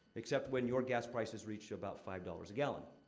except when your gas prices reach about five dollars a gallon.